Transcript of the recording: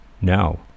Now